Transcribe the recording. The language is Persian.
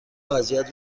اذیت